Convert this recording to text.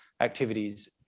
activities